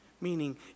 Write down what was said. meaning